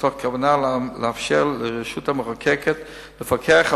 מתוך כוונה לאפשר לרשות המחוקקת לפקח על